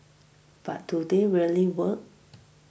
but do they really work